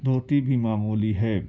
دھوتی بھی معمولی ہے